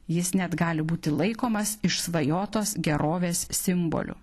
jis net gali būti laikomas išsvajotos gerovės simboliu